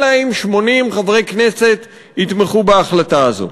אלא אם 80 חברי כנסת יתמכו בהחלטה הזאת.